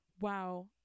wow